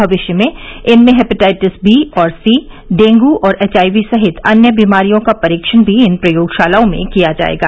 भविष्य में इनमें हेपेटाइटिस बी और सी डेंगू और एचआईवी सहित अन्य बीमारियों का परीक्षण भी इन प्रयोगशालाओं में किया जाएगा